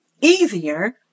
easier